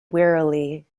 wearily